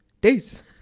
Days